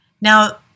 Now